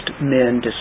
men